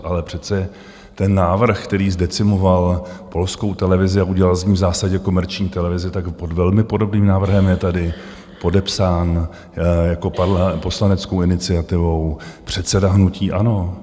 Ale přece ten návrh, který zdecimoval polskou televizi a udělal z ní v zásadě komerční televizi, tak pod velmi podobným návrhem je tady podepsán jako poslaneckou iniciativou předseda hnutí ANO.